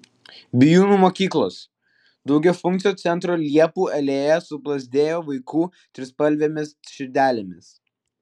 bijūnų mokyklos daugiafunkcio centro liepų alėja suplazdėjo vaikų trispalvėmis širdelėmis